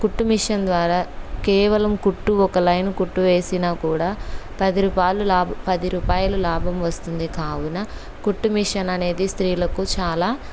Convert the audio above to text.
కుట్టు మిషన్ ద్వారా కేవలం కుట్టు ఒక లైన్ కుట్టు వేసినా కూడా పది రూపాలు లాభ పది రూపాయలు లాభం వస్తుంది కావున కుట్టు మిషన్ అనేది స్త్రీలకు చాలా